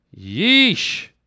Yeesh